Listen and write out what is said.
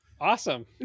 Awesome